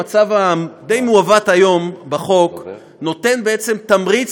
המצב הדי-מעוות היום בחוק נותן בעצם תמריץ